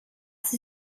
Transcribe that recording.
sie